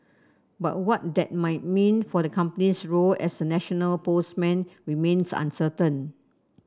but what that might mean for the company's role as a national postman remains uncertain